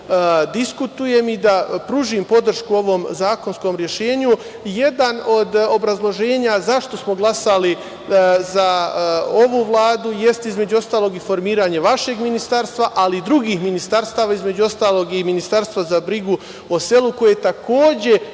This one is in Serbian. diskutujem i da pružim podršku ovom zakonskom rešenju. Jedno od obrazloženja zašto smo glasali za ovu Vladu jeste, između ostalog i formiranje vašeg ministarstva, ali i drugih ministarstava, između ostalog i Ministarstva za brigu o selu, koje možda